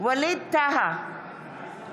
ווליד טאהא,